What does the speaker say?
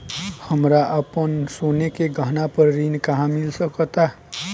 हमरा अपन सोने के गहना पर ऋण कहां मिल सकता?